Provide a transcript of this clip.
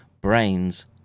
brains